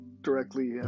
directly